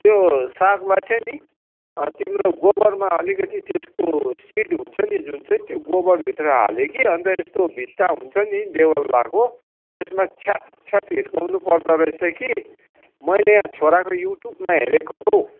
त्यो सागलाई चाहिँ नि तिम्रो गोबरमा अलिकति त्यसको सिड हुन्छ नि जुन चाहिँ त्यो गोबर भित्र हाल्यो कि अन्त यस्तो भित्ता हुन्छ नि देवल लगाएको त्यसमा छ्याप छ्यापी हिर्काउनु पर्दो रहेछ कि मैले यहाँ छोराको युट्युबमा हेरेको हौ